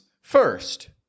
first